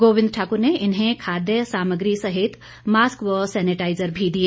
गोविंद ठाकुर ने इन्हें खाद्य सामग्री सहित मास्क व सैनेटाईजर भी दिए